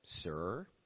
Sir